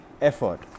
effort